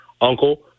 uncle